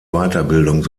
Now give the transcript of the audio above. weiterbildung